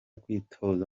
kwitoza